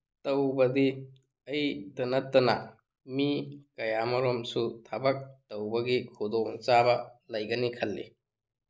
ꯇꯧꯕꯗꯤ ꯑꯩꯇ ꯅꯠꯇꯅ ꯃꯤ ꯀꯌꯥ ꯑꯃꯔꯣꯝꯁꯨ ꯊꯕꯛ ꯇꯧꯕꯒꯤ ꯈꯨꯗꯣꯡꯆꯥꯕ ꯂꯩꯒꯅꯤ ꯈꯜꯂꯤ